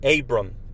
Abram